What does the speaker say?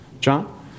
John